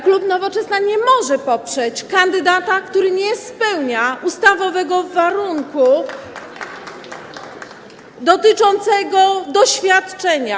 Klub Nowoczesna nie może poprzeć kandydata, który nie spełnia ustawowego warunku dotyczącego doświadczenia.